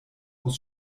aus